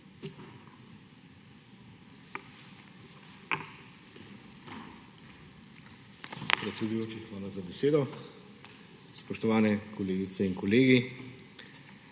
hvala za besedo. Spoštovane kolegice in kolegi!